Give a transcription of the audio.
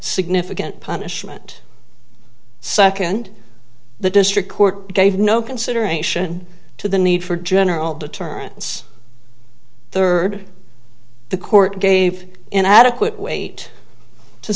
significant punishment second the district court gave no consideration to the need for general determines third the court gave an adequate weight to